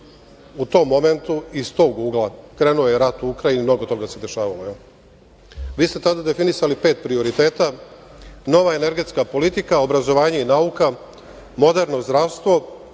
U tom momentu, iz tog ugla krenuo je rat u Ukrajini, mnogo toga se dešavalo. Vi ste tada definisali pet prioriteta, nova energetska politika, obrazovanje i nauka, moderno zdravstvo,